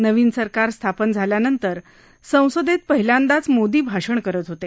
नवीन सरकार स्थापन झाल्यानंतर संसदेत पहिल्यादाच मोदी भाषण करत होते